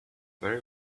very